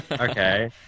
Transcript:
Okay